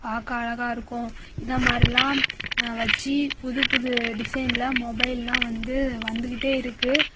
பார்க்க அழகாக இருக்கும் இதமாதிரில்லாம் வச்சு புது புது டிசைனில் மொபைல்லாம் வந்து வந்துக்கிட்டே இருக்குது